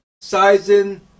sizing